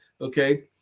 Okay